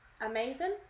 amazing